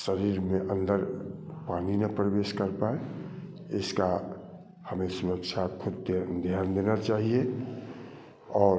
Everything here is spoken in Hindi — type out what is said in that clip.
शरीर में अंदर पानी ना प्रवेश कर पाए इसका हमें सुरक्षा खूब ध्यान देना चाहिए और